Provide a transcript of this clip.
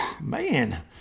man